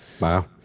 Wow